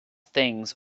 things